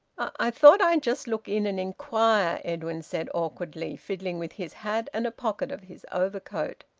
i thought i'd just look in and inquire, edwin said awkwardly, fiddling with his hat and a pocket of his overcoat.